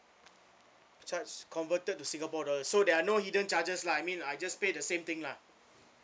charge converted to singapore dollars so there are no hidden charges lah I mean I just pay the same thing lah